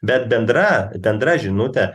bet bendra bendra žinutė